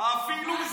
הלוואי